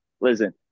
Listen